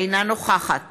אינה נוכחת